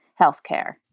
healthcare